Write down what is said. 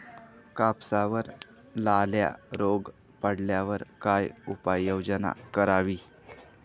कापसावर लाल्या रोग पडल्यावर काय उपाययोजना करावी?